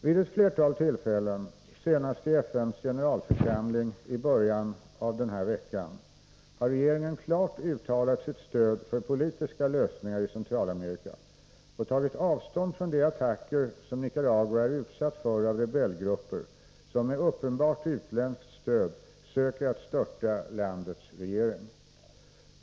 Vid ett flertal tillfällen — senast i FN:s generalförsamling i början av denna vecka — har regeringen klart uttalat sitt stöd för politiska lösningar i Centralamerika och tagit avstånd från de attacker som Nicaragua är utsatt för av rebellgrupper som med uppenbart utländskt stöd söker störta landets regering.